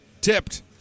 tipped